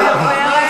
מה שאני אומרת,